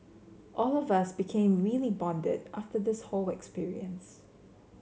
all of us became really bonded after this whole experience